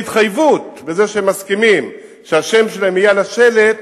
התחייבות בזה שהם מסכימים שהשם שלהם יהיה על השלט,